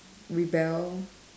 rebel